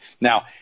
Now